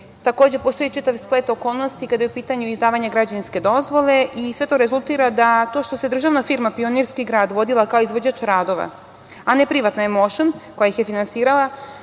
Takođe, postoji čitav splet okolnosti kada je u pitanju izdavanje građevinske dozvole i sve to rezultira da to što se državna firma „Pionirski grad“ vodila kao izvođač radova, a ne privatna „Emoušn“ koja ih je finansirala,